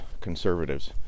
conservatives